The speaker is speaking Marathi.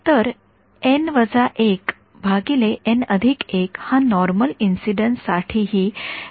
तर एन १एन१ हा नॉर्मल इन्सिडन्स साठीही रिफ्लेक्शन कॉइफिसिएंट आहे